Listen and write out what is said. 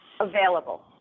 available